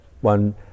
one